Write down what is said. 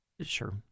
sure